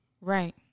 Right